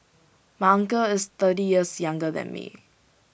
my uncle is thirty years younger than me